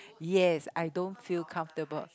yes I don't feel comfortable